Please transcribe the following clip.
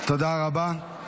תודה רבה.